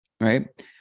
right